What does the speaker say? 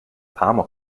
amok